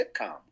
sitcom